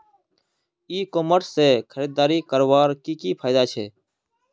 ई commerce से खरीदारी करवार की की फायदा छे?